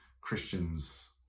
Christians